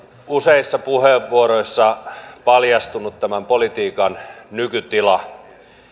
useissa puheenvuoroissa paljastunut tämän politiikan nykytila